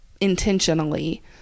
intentionally